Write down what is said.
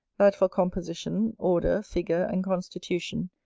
that for composition, order, figure, and constitution,